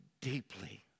deeply